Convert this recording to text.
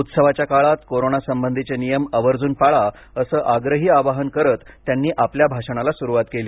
उत्सवाच्या काळात कोरोना संबधीचे नियम आवर्जून पाळा असं आग्रही आवाहन करत त्यांनी आपल्या भाषणाला सुरुवात केली